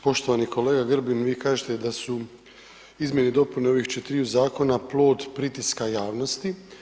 Poštovani kolega Grbin, vi kažete da su izmjene i dopune ovih četiriju zakona plod pritiska javnosti.